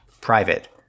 Private